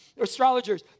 astrologers